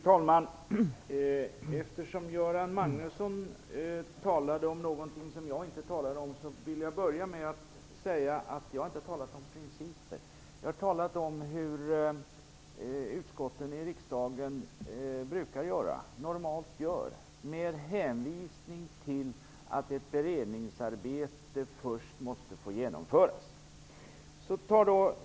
Fru talman! Göran Magnusson talade om någonting som jag inte har talat om. Jag vill därför börja med att säga att jag inte har talat om principer - jag har talat om hur utskotten i riksdagen brukar göra eller normalt gör, med hänvisning till att ett beredningsarbete först måste få genomföras.